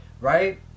right